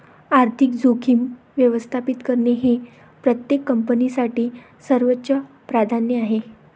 आर्थिक जोखीम व्यवस्थापित करणे हे प्रत्येक कंपनीसाठी सर्वोच्च प्राधान्य आहे